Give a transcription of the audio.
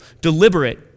deliberate